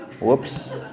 Whoops